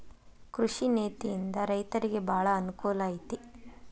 ಕೃಷಿ ನೇತಿಯಿಂದ ರೈತರಿಗೆ ಬಾಳ ಅನಕೂಲ ಐತಿ